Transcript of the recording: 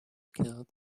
killed